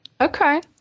Okay